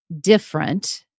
different